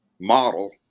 model